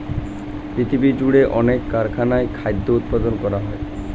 পৃথিবীজুড়ে অনেক কারখানায় খাদ্য উৎপাদন করা হয়